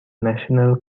national